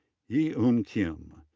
ye eun kim.